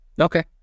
Okay